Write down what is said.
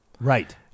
right